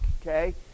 okay